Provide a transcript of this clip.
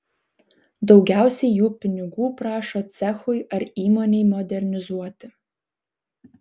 daugiausiai jų pinigų prašo cechui ar įmonei modernizuoti